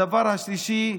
הדבר השלישי,